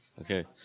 Okay